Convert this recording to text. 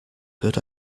could